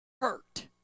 hurt